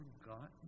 forgotten